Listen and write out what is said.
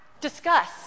discuss